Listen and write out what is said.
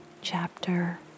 Chapter